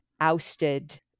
ousted